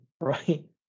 right